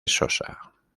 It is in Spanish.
sosa